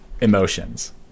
emotions